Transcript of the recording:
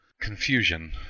confusion